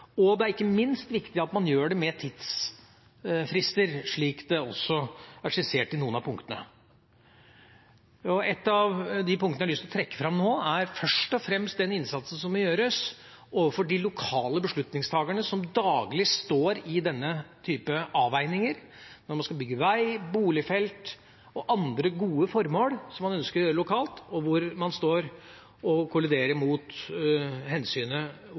Det er ikke minst viktig at man gjør det med tidsfrister, slik det også er skissert i noen av punktene. Ett av punktene jeg har lyst til å trekke fram nå, er først og fremst den innsatsen som må gjøres overfor de lokale beslutningstakerne som daglig står i denne typen avveininger – om man skal bygge veier, boligfelt og andre gode formål som man ønsker å drive lokalt, og hvor man står og kolliderer mot hensynet